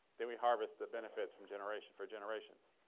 then we harvest the benefits from generation for generations.